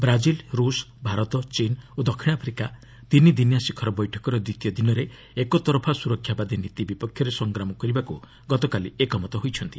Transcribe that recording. Brazil ରୁଷ୍ ଭାରତ ଚୀନ ଓ ଦକ୍ଷିଣ ଆଫ୍ରିକା ତିନିଦିନିଆ ଶିଖର ବୈଠକର ଦ୍ୱିତୀୟ ଦିନରେ ଏକତରଫା ସ୍ରରକ୍ଷାବାଦୀ ନୀତି ବିପକ୍ଷରେ ସଗ୍ରାମ କରିବାକୁ ଗତକାଲି ଏକମତ ହୋଇଛନ୍ତି